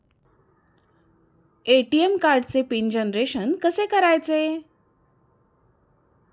ATM कार्डचे PIN generation कसे करायचे?